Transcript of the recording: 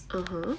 (uh huh)